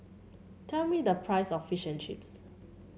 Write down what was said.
tell me the price of Fish and Chips